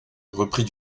repris